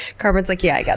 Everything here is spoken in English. carbon's like, yeah, i got